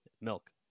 Milk